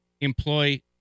employ